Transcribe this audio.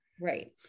right